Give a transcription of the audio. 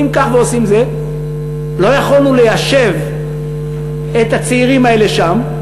ולא יכולנו ליישב את הצעירים האלה שם.